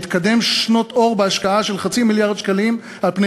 התקדם שנות אור בהשקעה של חצי מיליארד שקלים על פני